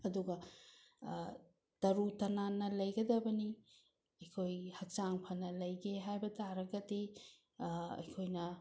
ꯑꯗꯨꯒ ꯇꯔꯨ ꯇꯅꯥꯟꯅ ꯂꯩꯒꯗꯕꯅꯤ ꯑꯩꯈꯣꯏ ꯍꯛꯆꯥꯡ ꯐꯅ ꯂꯩꯒꯦ ꯍꯥꯏꯕ ꯇꯥꯔꯒꯗꯤ ꯑꯩꯈꯣꯏꯅ